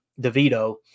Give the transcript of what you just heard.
DeVito